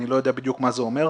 אני לא יודע בדיוק מה זה אומר.